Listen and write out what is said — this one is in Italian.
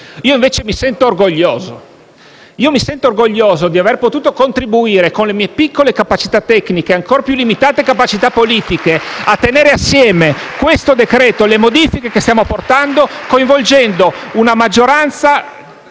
Io invece mi sento orgoglioso di aver potuto contribuire, con le mie piccole capacità tecniche e ancora più limitate capacità politiche, a tenere assieme questo decreto-legge e le modifiche che stiamo apportando, coinvolgendo una maggioranza